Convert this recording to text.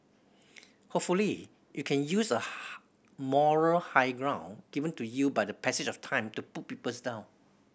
hopefully you can use a moral high ground given to you by the passage of time to put people's down